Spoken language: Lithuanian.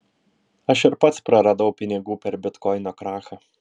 aš ir pats praradau pinigų per bitkoino krachą